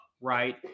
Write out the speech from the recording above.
right